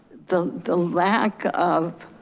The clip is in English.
the the lack of